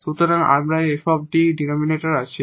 সুতরাং আমরা এই 𝐹𝐷 ডিনোমেনেটর আছে